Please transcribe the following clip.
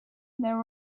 there